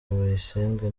bayisenge